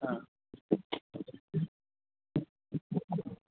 हा